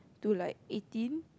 to like eighteen